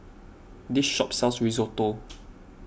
this shop sells Risotto